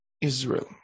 Israel